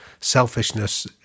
Selfishness